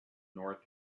north